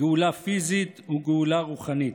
גאולה פיזית וגאולה רוחנית.